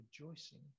rejoicing